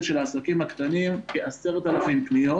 של העסקים הקטנים כ-10,000 פניות.